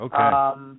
Okay